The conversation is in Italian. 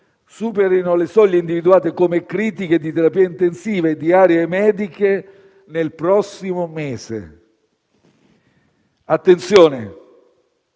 superino le soglie, individuate come critiche, di terapie intensive e di aree mediche, nel prossimo mese. Attenzione: